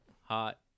hot